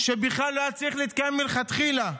שבכלל לא היה צריך להתקיים מלכתחילה,